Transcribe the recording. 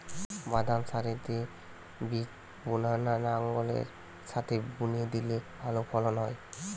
বাদাম সারিতে বীজ বোনা না লাঙ্গলের সাথে বুনে দিলে ভালো ফলন হয়?